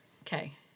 Okay